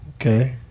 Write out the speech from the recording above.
Okay